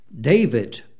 David